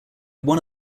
one